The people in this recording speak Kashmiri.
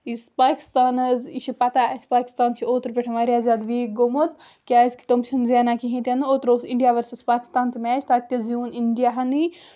یُس پاکِستان حظ یہِ چھِِ پَتہٕ اَسہِ پاکِستان چھُ اوترٕ پٮ۪ٹھ واریاہ زیادٕ ویٖک گوٚمُت کیٛازِکہِ تِم چھِنہٕ زینان کِہیٖنٛۍ تہِ نہٕ اوترٕ اوس اِنڈیا ؤرسٕس پاکِستان تہِ میچ تَتہِ تہِ زیوٗن اِنڈیاہَنٕے